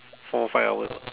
four five hours ah